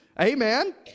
Amen